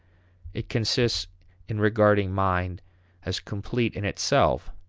it consists in regarding mind as complete in itself,